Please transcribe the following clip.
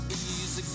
easy